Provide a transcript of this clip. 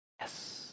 Yes